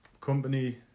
company